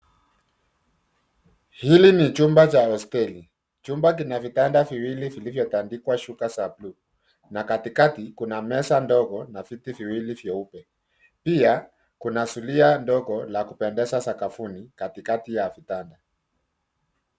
Hili ni chumba cha hosteli. Chumba kina vitanda viwili vilivyotandikwashuka za buluu na katikati kuna meza ndogo na viti vidogo vyeupe. Pia kuna zulia ndogo za kupendeza sakafuni katikati ya vitanda.